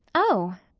oh,